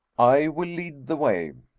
i will lead the way.